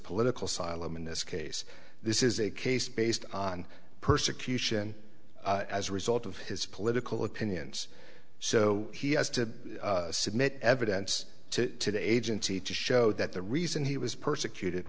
political asylum in this case this is a case based on persecution as a result of his political opinions so he has to submit evidence to agency to show that the reason he was persecuted